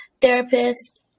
therapist